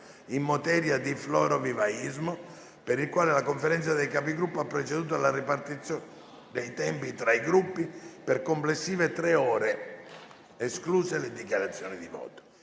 in materia di florovivaismo, per il quale la Conferenza dei Capigruppo ha proceduto alla ripartizione dei tempi tra i Gruppi per complessive tre ore, escluse le dichiarazioni di voto.